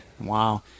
Wow